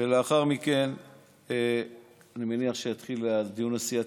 ולאחר מכן אני מניח שיתחיל הדיון הסיעתי,